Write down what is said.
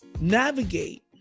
navigate